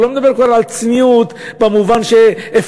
אני כבר לא מדבר על צניעות במובן של הפקרות,